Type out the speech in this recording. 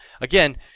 Again